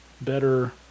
better